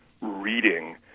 reading